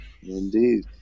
Indeed